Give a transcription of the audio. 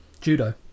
Judo